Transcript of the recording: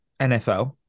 nfl